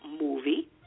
movie